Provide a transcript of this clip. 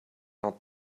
out